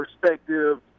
perspective